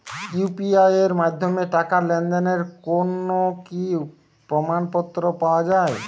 UPI এর মাধ্যমে টাকা লেনদেনের কোন কি প্রমাণপত্র পাওয়া য়ায়?